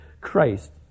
Christ